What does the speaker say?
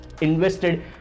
invested